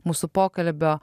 mūsų pokalbio